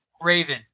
Raven